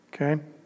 Okay